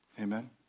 Amen